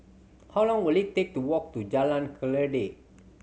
how long will it take to walk to Jalan Kledek